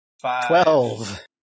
twelve